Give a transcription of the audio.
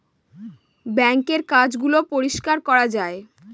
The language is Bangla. বাঙ্কের কাজ গুলো পরিষ্কার করা যায়